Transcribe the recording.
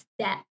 step